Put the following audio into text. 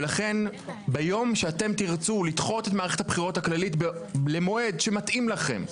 לכן ביום שתרצו לדחות את מערכת הבחירות הכללית למועד שמתאים לכם,